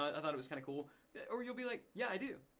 i thought it was kind of cool yeah or you'll be like, yeah i do.